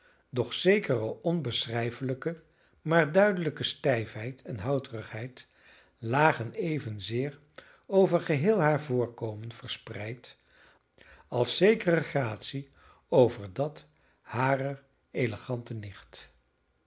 doch zekere onbeschrijfelijke maar duidelijke stijfheid en houterigheid lagen evenzeer over geheel haar voorkomen verspreid als zekere gratie over dat harer elegante nicht